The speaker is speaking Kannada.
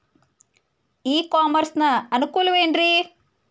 ಇ ಕಾಮರ್ಸ್ ನ ಅನುಕೂಲವೇನ್ರೇ?